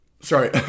Sorry